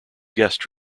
guest